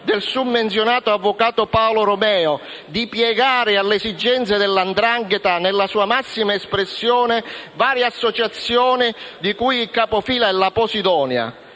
del summenzionato avvocato Paolo Romeo di piegare alle esigenze della 'ndrangheta, nella sua massima espressione, varie associazioni, di cui capofila è l'associazione